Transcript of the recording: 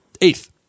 Eighth